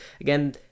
Again